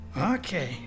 Okay